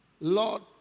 Lord